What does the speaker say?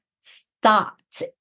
stopped